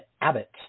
Abbott